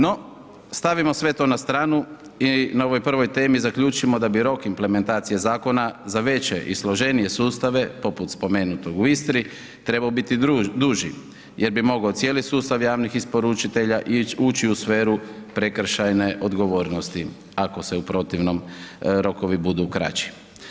No, stavimo sve to na stranu i na ovoj prvoj temi zaključimo da bi rok implementacije zakona za veće i složenije sustave poput spomenutog u Istri trebao biti duži jer bi mogao cijeli sustav javnih isporučitelja ući u sferu prekršajne odgovornosti ako se u protivnom rokovi budu kraći.